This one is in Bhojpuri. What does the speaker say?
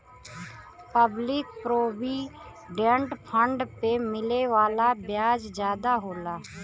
पब्लिक प्रोविडेंट फण्ड पे मिले वाला ब्याज जादा होला